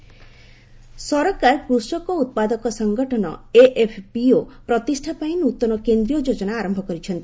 ଏଏଫପିଓ ସରକାର କୃଷକ ଉତ୍ପାଦକ ସଂଗଠନ ଏଏଫପିଓ ପ୍ରତିଷା ପାଇଁ ନ୍ତନ କେନ୍ଦୀୟ ଯୋଜନା ଆରମ୍ଭ କରିଛନ୍ତି